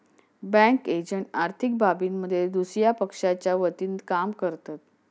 bank agent आर्थिक बाबींमध्ये दुसया पक्षाच्या वतीनं काम करतत